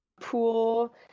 pool